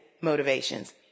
motivations